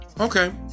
Okay